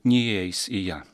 neįeis į ją